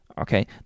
okay